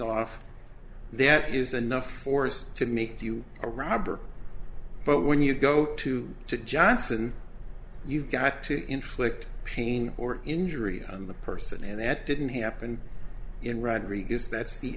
off that is enough force to make you a robber but when you go to johnson you've got to inflict pain or injury on the person and that didn't happen in rodriguez that's the